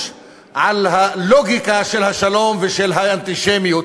על הלוגיקה של השלום ושל האנטישמיות.